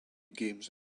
games